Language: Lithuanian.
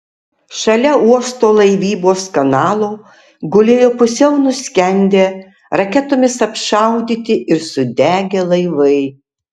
šalia uosto laivybos kanalo gulėjo pusiau nuskendę raketomis apšaudyti ir sudegę laivai